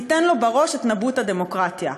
ניתן לו בראש את נבוט הדמוקרטיה,